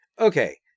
Okay